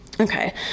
Okay